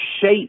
shape